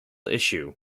issue